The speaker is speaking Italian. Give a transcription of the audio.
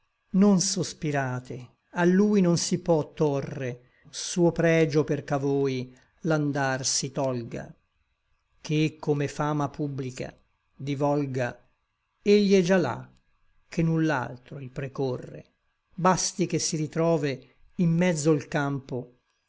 non sospirate a lui non si pò trre suo pregio perch'a voi l'andar si tolga ché come fama publica divolga egli è già là ché null'altro il precorre basti che si ritrove in mezzo l campo